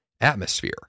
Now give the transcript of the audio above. atmosphere